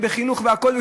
בחינוך והכול,